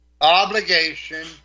obligation